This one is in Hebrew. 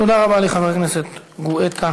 תודה רבה לחבר הכנסת גואטה.